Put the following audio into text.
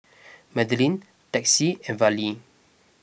Madlyn Texie and Vallie